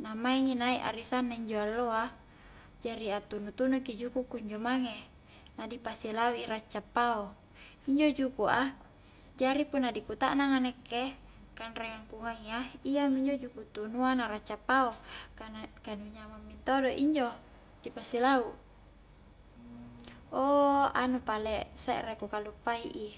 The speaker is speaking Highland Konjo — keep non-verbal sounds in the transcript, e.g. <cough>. Na maingi naik arisanna injo alloa jari atunu-tunu ki juku kunjo mange, na di pasilau i racca pao, injo juku a, jari punna di kutaknang a nakke kanreangang ku ngaia, iyaminjo juku' tunua na racca pao ka na ka nu nyamang mentodo injo di pasi lau <hesitation> anu pale se're ku kallupai i